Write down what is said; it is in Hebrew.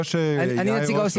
לא שיאיר אושרוב חייב תשובה.